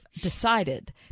decided